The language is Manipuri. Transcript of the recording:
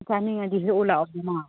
ꯆꯥꯅꯤꯡꯉꯗꯤ ꯍꯦꯛꯎ ꯂꯥꯛꯎꯗꯅ